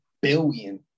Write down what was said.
Billion